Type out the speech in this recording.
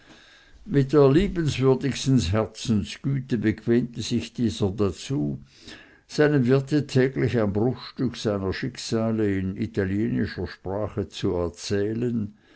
mit der liebenswürdigsten herzensgüte bequemte sich dieser dazu seinem wirte täglich ein bruchstück seiner schicksale in italienischer sprache zu erzählen